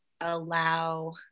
allow